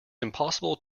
impossible